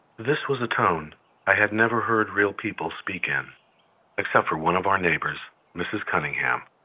this was a tone i had never heard real people speak in except for one of our neighbors, mrs. cunningham.